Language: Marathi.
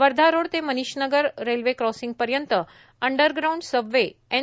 वर्धा रोड ते मनिष नगर रेल्वे क्रासिंग पर्यंत अंडरग्राऊड संबवे एन